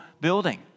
building